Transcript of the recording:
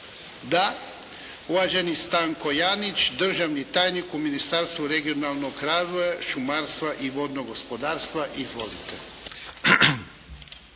Da. Uvaženi Stanko Janić, državni tajnik u Ministarstvu regionalnog razvoja, šumarstva i vodnog gospodarstva. Izvolite.